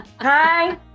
Hi